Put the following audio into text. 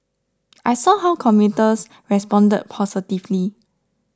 I saw how commuters responded positively